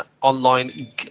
online